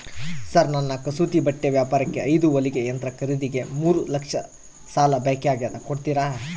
Sir ನನ್ನ ಕಸೂತಿ ಬಟ್ಟೆ ವ್ಯಾಪಾರಕ್ಕೆ ಐದು ಹೊಲಿಗೆ ಯಂತ್ರ ಖರೇದಿಗೆ ಮೂರು ಲಕ್ಷ ಸಾಲ ಬೇಕಾಗ್ಯದ ಕೊಡುತ್ತೇರಾ?